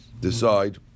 decide